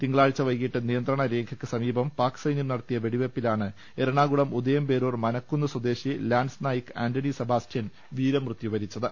തിങ്കളാഴ്ച വൈകിട്ട് നിയന്ത്രണ രേഖയ്ക്ക് സമീപം പാക് സൈന്യം നടത്തിയ വെടിവെയ്പ്പിലാണ് എറണാകുളം ഉദയം പേരൂർ മനക്കുന്ന് സ്വദേശി ലാൻസ് നായിക് ആന്റണി സെബാ സ്റ്റ്യൻ വീരമൃത്യുവരിച്ചത്